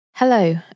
Hello